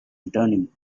returning